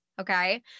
okay